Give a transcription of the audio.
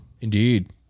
Indeed